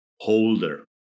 holder